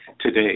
today